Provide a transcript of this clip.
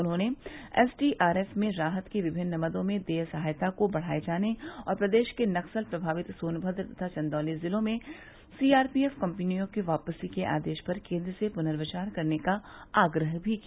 उन्होंने एसडीआरएफ में राहत की विमिन्न मदों में देय सहायता को बढाये जाने और प्रदेश के नक्सल प्रभावित सोनभद्र तथा चन्दौली जिलों में सीआरपीएफ कंपनियों की वापसी के आदेश पर केन्द्र से पुनर्विचार करने का आग्रह भी किया